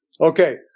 Okay